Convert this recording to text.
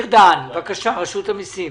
בבקשה, רשות המיסים.